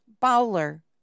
Bowler